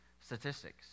statistics